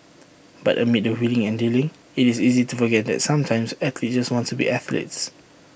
but amid the wheeling and dealing IT is easy to forget that sometimes athletes just want to be athletes